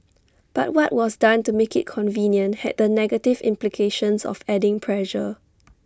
but what was done to make IT convenient had the negative implications of adding pressure